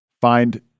find